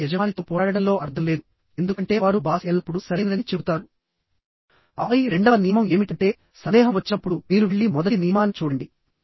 కాబట్టి యజమానితో పోరాడడంలో అర్థం లేదు ఎందుకంటే వారు బాస్ ఎల్లప్పుడూ సరైనదని చెబుతారు ఆపై రెండవ నియమం ఏమిటంటే సందేహం వచ్చినప్పుడు మీరు వెళ్లి మొదటి నియమాన్ని చూడండి